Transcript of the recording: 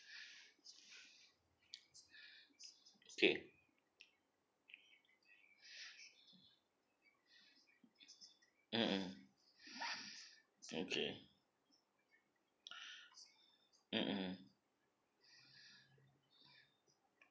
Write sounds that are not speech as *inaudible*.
okay mm mm okay *breath* mm mm